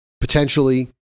potentially